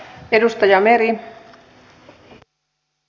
arvoisa rouva puhemies